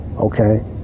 okay